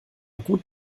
gut